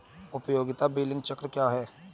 उपयोगिता बिलिंग चक्र क्या है?